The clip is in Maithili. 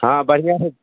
हँ बढ़िआँ